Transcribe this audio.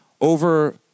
Over